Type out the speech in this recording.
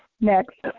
Next